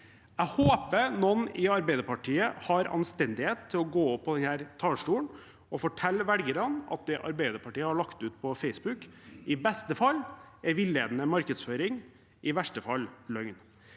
Jeg håper noen i Arbeiderpartiet har anstendighet til å gå opp på denne talerstolen og fortelle velgerne at det Arbeiderpartiet har lagt ut på Facebook, i beste fall er villedende markedsføring, i verste fall løgn.